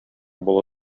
боло